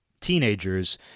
teenagers